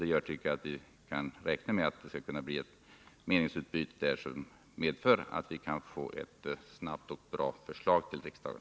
Det gör väl att vi skall kunna räkna med att det blir ett meningsutbyte som resulterar i att vi snabbt får ett bra förslag till riksdagen.